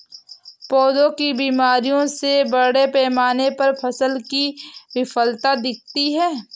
पौधों की बीमारी से बड़े पैमाने पर फसल की विफलता दिखती है